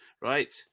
Right